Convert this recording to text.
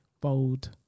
bold